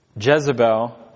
Jezebel